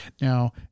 Now